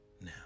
now